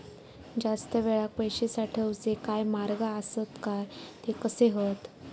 जास्त वेळाक पैशे साठवूचे काय मार्ग आसत काय ते कसे हत?